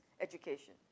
education